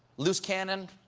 loose cannon,